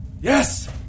Yes